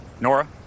Nora